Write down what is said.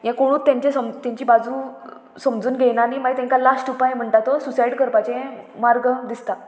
हें कोणूत तेंचे समज तेंची बाजू समजून घेयना आनी मागीर तांकां लास्ट उपाय म्हणटा तो सुसायड करपाचें मार्ग दिसता